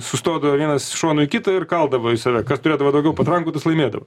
sustodavo vienas šonu į kitą ir kaldavo į save kas turėdavo daugiau patrankų tas laimėdavo